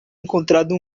encontrado